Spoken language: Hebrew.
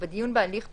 ובדיון בהליך פלילי,